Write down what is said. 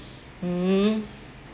mm